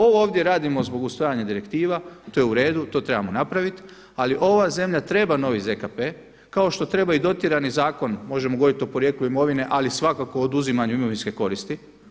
Ovo ovdje radimo zbog usvajanja direktiva, to je u redu, to trebamo napraviti ali ova zemlja treba novi ZKP, kao što treba i dotjerani zakon, možemo govoriti o porijeklu imovine, ali svakako oduzimanju imovinske koristi.